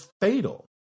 fatal